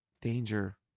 danger